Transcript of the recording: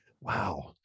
Wow